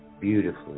Beautifully